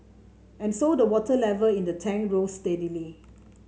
and so the water level in the tank rose steadily